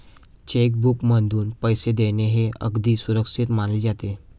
check बुकमधून पैसे देणे हे अगदी सुरक्षित मानले जाते